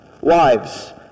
Wives